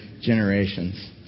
generations